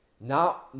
Now